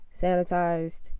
sanitized